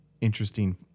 interesting